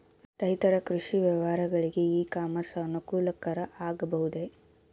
ರೈತರ ಕೃಷಿ ವ್ಯವಹಾರಗಳಿಗೆ ಇ ಕಾಮರ್ಸ್ ಅನುಕೂಲಕರ ಆಗಬಹುದೇ?